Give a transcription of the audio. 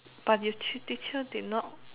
but you teacher did not